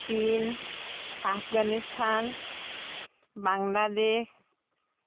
চীন আফগানিস্তান বাংলাদেশ